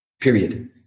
period